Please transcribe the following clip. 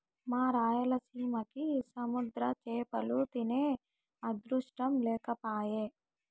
మా రాయలసీమకి సముద్ర చేపలు తినే అదృష్టం లేకపాయె